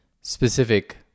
specific